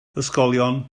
ysgolion